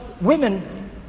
women